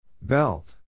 Belt